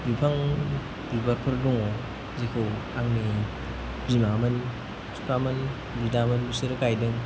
बिफां बिबारफोर दङ जेखौ आंनि बिमामोन बिफामोन बिदामोन बिसोरो गायदों